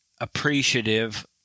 appreciative